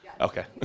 Okay